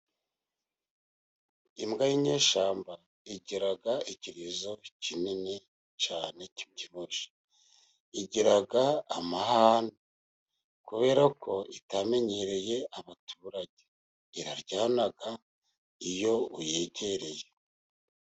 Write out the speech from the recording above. Imbwa y'inyeshyamba, igira ikirizo kinini cyane kibyibushye. igira amahane, kubera ko itamenyereye abaturage. Iraryana iyo uyegereye.